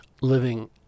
living